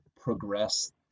progress